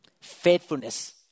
Faithfulness